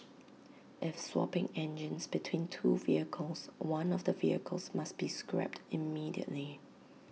if swapping engines between two vehicles one of the vehicles must be scrapped immediately